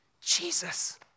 Jesus